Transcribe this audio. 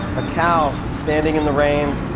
a cow standing in the rain.